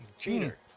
Cheater